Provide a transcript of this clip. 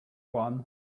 one